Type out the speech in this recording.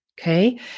okay